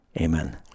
Amen